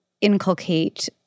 inculcate